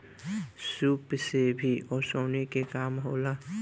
सूप से भी ओसौनी के काम होला